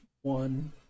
one